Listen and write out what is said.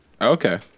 Okay